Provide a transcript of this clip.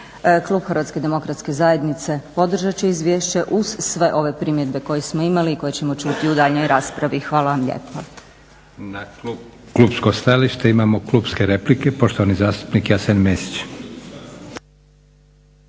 Klub HDZ-a podržat će izvješće, uz sve ove primjedbe koje smo imali i koje ćemo čuti u daljnjoj raspravi. Hvala vam lijepo. **Leko, Josip (SDP)** Na klupsko stajalište imamo klupske replike. Poštovani zastupnik Jasen Mesić.